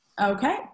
Okay